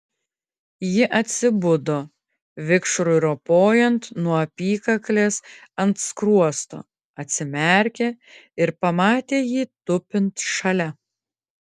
ji atsibudo vikšrui ropojant nuo apykaklės ant skruosto atsimerkė ir pamatė jį tupint šalia